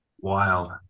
Wild